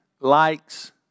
likes